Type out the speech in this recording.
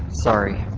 sorry,